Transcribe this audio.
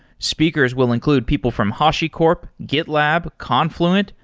speakers will include people from hashicorp, gitlab, confluent,